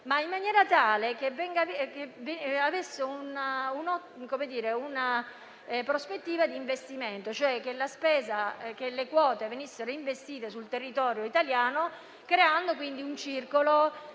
ma in maniera tale che vi sia una prospettiva di investimento, cioè che le quote vengano investite sul territorio italiano, creando un circolo